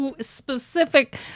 specific